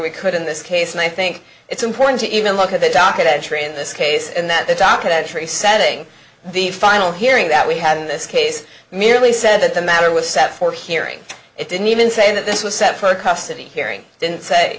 we could in this case and i think it's important to even look at the docket entry in this case and that the docket entry setting the final hearing that we have in this case merely said that the matter was set for hearing it didn't even say that this was set for a custody hearing didn't say